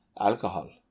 alcohol